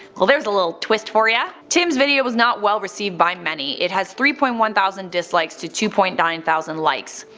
well there's a twist for ya tims video was not well received by many, it has three point one thousand dislikes to two point nine thousand likes.